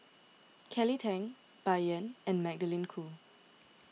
Kelly Tang Bai Yan and Magdalene Khoo